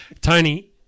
Tony